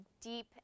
deep